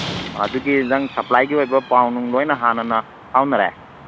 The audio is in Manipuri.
ꯑꯗꯨꯒꯤ ꯅꯪ ꯁꯄ꯭ꯂꯥꯏꯒꯤ ꯑꯣꯏꯕ ꯄꯥꯎ ꯅꯨꯡ ꯂꯣꯏꯅ ꯍꯥꯟꯅꯅ ꯐꯥꯎꯅꯔꯦ